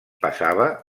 passava